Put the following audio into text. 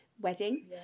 Wedding